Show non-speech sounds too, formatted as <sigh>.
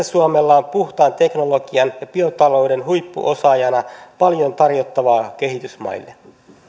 <unintelligible> suomella on puhtaan teknologian ja biotalouden huippuosaajana paljon tarjottavaa kehitysmaille